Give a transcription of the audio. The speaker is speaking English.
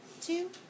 two